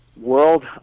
world